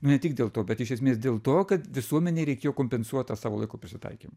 ne tik dėl to bet iš esmės dėl to kad visuomenei reikėjo kompensuot tą savo laiko prisitaikymą